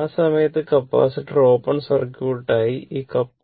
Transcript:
ആ സമയത്ത് ഈ കപ്പാസിറ്റർ ഓപ്പൺ സർക്യൂട്ടായും ഈ കപ്പാസിറ്റർ ഓപ്പൺ സർക്യൂട്ടായും